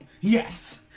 Yes